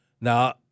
Now